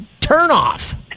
turn-off